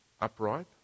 upright